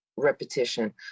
Repetition